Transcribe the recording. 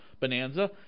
Bonanza